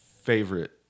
favorite